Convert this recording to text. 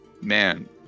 Man